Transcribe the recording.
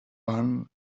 one